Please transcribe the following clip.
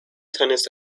tennis